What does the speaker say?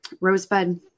Rosebud